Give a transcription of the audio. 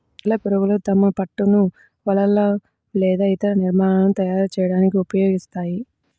సాలెపురుగులు తమ పట్టును వలలు లేదా ఇతర నిర్మాణాలను తయారు చేయడానికి ఉపయోగిస్తాయి